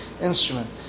instrument